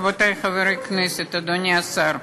אדוני היושב-ראש, רבותי חברי הכנסת, אדוני השר,